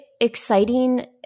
exciting